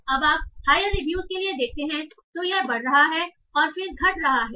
जब आप higher reviews के लिए देखते हैं तो यह बढ़ रहा है और फिर घट रहा है